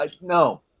no